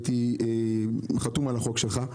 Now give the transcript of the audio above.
הייתי חתום על החוק שלך.